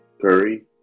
Curry